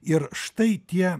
ir štai tie